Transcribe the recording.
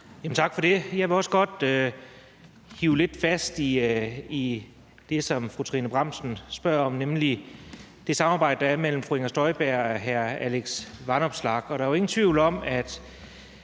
Tak for det. Jeg vil også godt hive lidt fast i det, som fru Trine Bramsen spørger om, nemlig det samarbejde, der er mellem fru Inger Støjberg og hr. Alex Vanopslagh.